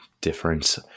difference